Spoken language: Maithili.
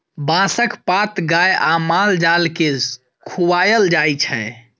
बाँसक पात गाए आ माल जाल केँ खुआएल जाइ छै